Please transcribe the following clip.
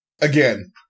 Again